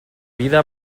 vida